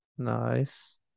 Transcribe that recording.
Nice